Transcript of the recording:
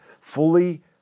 fully